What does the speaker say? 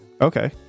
okay